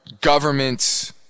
government